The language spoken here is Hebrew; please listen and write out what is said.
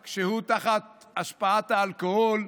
מהף כשהוא תחת השפעת האלכוהול,